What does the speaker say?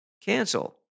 cancel